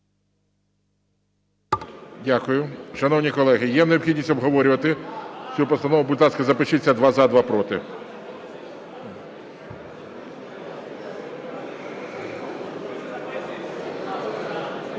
Дякую. Шановні колеги, є необхідність обговорювати цю постанову? Будь ласка, запишіться: два – за, два – проти.